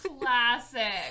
Classic